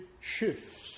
shifts